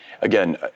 again